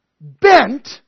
bent